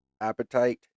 appetite